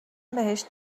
بهش